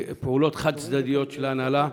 פעולות חד-צדדיות של ההנהלה.